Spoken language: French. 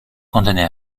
condamnée